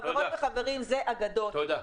חברות וחברים, זה אגדות -- תודה.